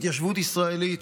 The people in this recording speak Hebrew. התיישבות ישראלית.